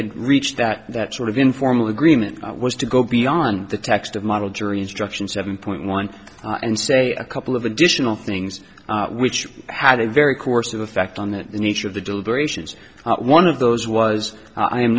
had reached that that sort of informal agreement was to go beyond the text of model jury instruction seven point one and say a couple of additional things which had a very course of effect on the nature of the deliberations one of those was i